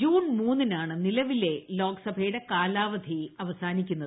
June എമുന്നീനാണ് നിലവിലെ ലോക്സഭയുടെ കാലാവധി അവസ്മാനിക്കുന്നത്